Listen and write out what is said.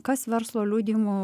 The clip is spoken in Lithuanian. kas verslo liudijimų